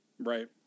right